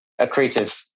accretive